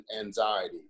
anxiety